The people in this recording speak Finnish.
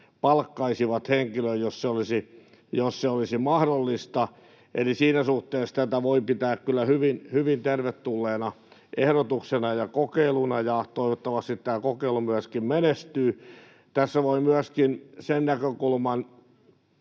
palkkaisivat henkilön, jos se olisi mahdollista. Siinä suhteessa tätä voi kyllä pitää hyvin tervetulleena ehdotuksena ja kokeiluna, ja toivottavasti tämä kokeilu myöskin menestyy. Tässä voi tuoda myöskin sen näkökulman